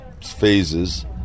phases